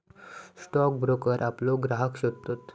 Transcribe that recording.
stock broker आपले ग्राहक शोधतत